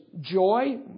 joy